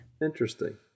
Interesting